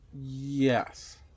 yes